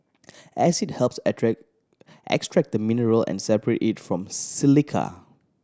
acid helps extract the mineral and separate it from silica